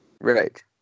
Right